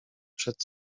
przed